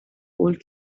old